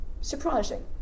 surprising